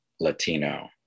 latino